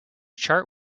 chart